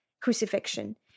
crucifixion